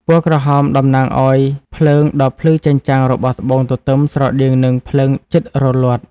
ពណ៍ក្រហមតំណាងឱ្យភ្លើងដ៏ភ្លឺចែងចាំងរបស់ត្បូងទទឹមស្រដៀងនឹងភ្លើងជិតរលត់។